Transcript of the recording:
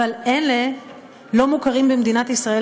אבל אלה לא מוכרים במדינת ישראל,